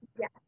Yes